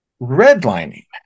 redlining